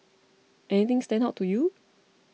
anything stand out to you